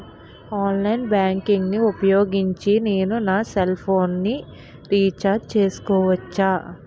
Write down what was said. Online banking ఊపోయోగించి నేను నా సెల్ ఫోను ని రీఛార్జ్ చేసుకోవచ్చా?